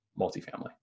multifamily